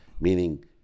meaning